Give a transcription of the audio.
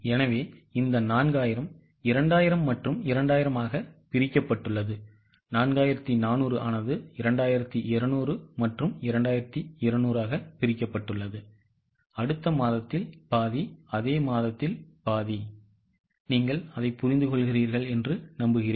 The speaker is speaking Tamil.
எனவே இந்த 4000 2000 மற்றும் 2000 ஆக பிரிக்கப்பட்டுள்ளது 4400 2200 மற்றும் 2200 ஆக பிரிக்கப்பட்டுள்ளது அடுத்த மாதத்தில் பாதிஅதே மாதத்தில் பாதிஅடுத்த மாதத்தில் பாதி நீங்கள் அதைப் புரிந்து கொள்கிறீர்களா